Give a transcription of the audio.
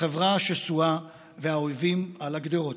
החברה שסועה והאויבים על הגדרות.